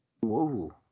Whoa